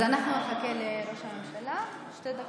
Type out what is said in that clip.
אנחנו נחכה לראש הממשלה שתי דקות.